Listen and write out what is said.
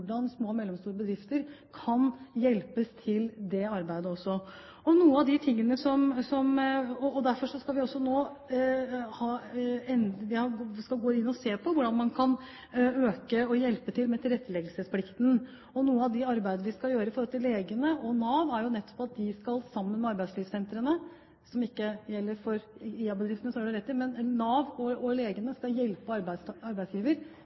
hvordan små og mellomstore bedrifter kan hjelpes til det arbeidet også. Noe av det vi derfor skal gå inn og se på, er hvordan vi kan hjelpe til med tilretteleggelsesplikten. Noe av det arbeidet vi skal gjøre overfor legene og Nav, er jo nettopp å stimulere til at de, sammen med arbeidslivssentrene – det gjelder ikke for IA-bedriftene, det har du rett i – skal hjelpe arbeidsgiver